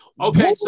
Okay